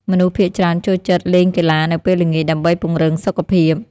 មនុស្សភាគច្រើនចូលចិត្តលេងកីឡានៅពេលល្ងាច ដើម្បីពង្រឹងសុខភាព។